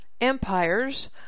empires